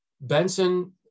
Benson